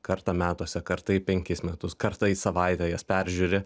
kartą metuose kartą į penkis metus kartais į savaitę jas peržiūri